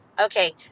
Okay